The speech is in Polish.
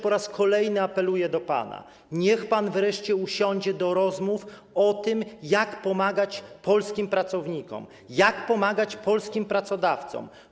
Po raz kolejny apeluję do pana: niech pan wreszcie usiądzie do rozmów o tym, jak pomagać polskim pracownikom, jak pomagać polskim pracodawcom.